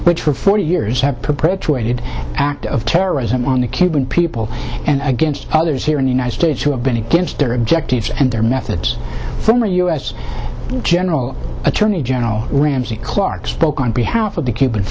which for forty years have perpetrated act of terrorism on the cuban people against others here in the united states who have been against their objectives and their methods former us general attorney general ramsey clark spoke on behalf of the cuban